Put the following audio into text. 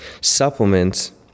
supplements